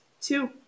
Two